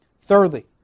Thirdly